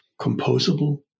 composable